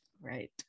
Right